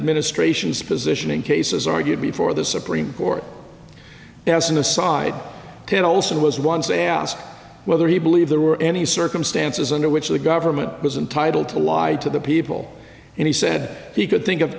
administration's position in cases argued before the supreme court as an aside ted olson was once asked whether he believed there were any circumstances under which the government was entitle to lie to the people and he said he could think of